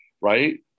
Right